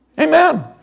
Amen